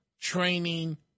training